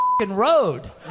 road